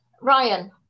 Ryan